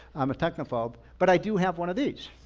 i'm a technophobe, but i do have one of these,